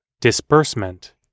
Disbursement